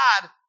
God